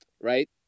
right